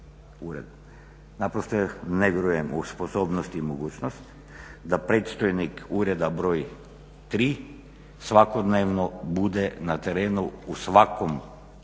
Naprosto ja ne vjerujem u sposobnost i mogućnost da predstojnik ureda broj 3. svakodnevno bude na terenu u svakom dijelu